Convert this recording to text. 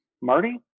Marty